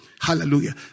Hallelujah